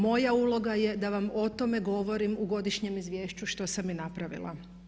Moja uloga je da vam o tome govorim u godišnjem izvješću što sam i napravila.